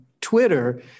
Twitter